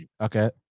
okay